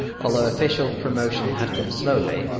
although official promotion had come slowly.